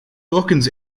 dawkins